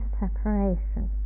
separation